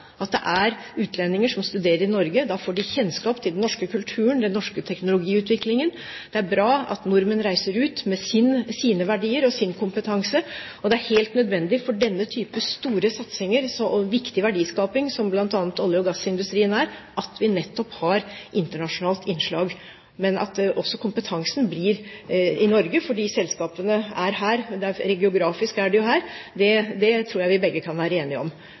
at det er utlendinger som studerer i Norge. Da får de kjennskap til den norske kulturen og den norske teknologiutviklingen, og det er bra at nordmenn reiser ut med sine verdier og sin kompetanse. Det er helt nødvendig for denne type store satsinger og viktig verdiskaping som bl.a. olje- og gassindustrien at vi nettopp har internasjonalt innslag, men også at kompetansen blir i Norge, fordi selskapene er her – rent geografisk er de jo her – og det tror jeg vi begge kan være enige om.